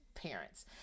parents